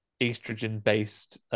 estrogen-based